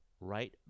right